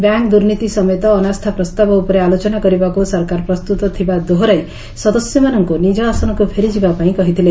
bank ଦୁର୍ନୀତି ସମେତ ଅନାସ୍ଥା ପ୍ରସ୍ତାବ ଉପରେ ଆଲୋଚନା କରିବାକୁ ସରକାର ପ୍ରସ୍ତୁତ ଥିବ ଦୋହରାଇ ସଦସ୍ୟମାନଙ୍କୁ ନିଜ ଆସନକୁ ଫେରିଯିବାପାଇଁ କହିଥିଲେ